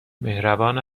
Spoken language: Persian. مهربان